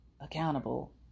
accountable